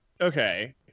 okay